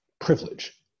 privilege